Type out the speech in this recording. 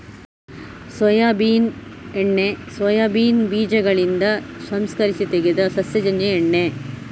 soybean ಎಣ್ಣೆ soybean ಬೀಜಗಳಿಂದ ಸಂಸ್ಕರಿಸಿ ತೆಗೆದ ಸಸ್ಯಜನ್ಯ ಎಣ್ಣೆ